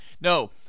No